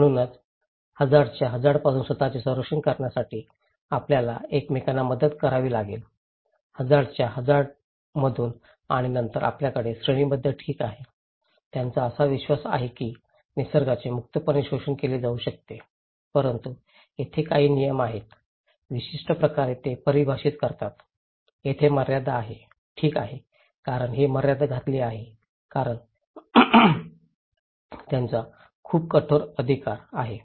म्हणूनच हझार्डच्या हझार्डंपासून स्वतःचे संरक्षण करण्यासाठी आपल्याला एकमेकांना मदत करावी लागेल हझार्डच्या हझार्डतून आणि नंतर आपल्याकडे श्रेणीबद्ध ठीक आहे त्यांचा असा विश्वास आहे की निसर्गाचे मुक्तपणे शोषण केले जाऊ शकते परंतु तेथे काही नियम आहेत विशिष्ट प्रकारे ते परिभाषित करतात तेथे मर्यादा आहे ठीक आहे कारण ही मर्यादा घातली आहे कारण त्यांचा खूप कठोर अधिकार आहे